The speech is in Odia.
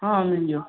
ହଁ ମିଳିଯିବ